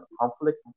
conflict